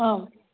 आम्